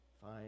fine